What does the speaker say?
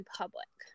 public